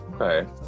okay